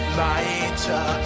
lighter